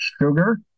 sugar